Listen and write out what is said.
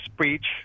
speech